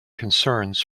concerns